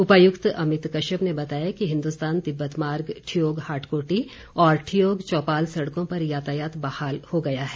उपायुक्त अमित कश्यप ने बताया कि हिन्दुस्तान तिब्बत मार्ग ठियोग हाटकोटी और ठियोग चौपाल सड़कों पर यातायात बहाल हो गया है